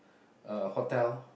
hotel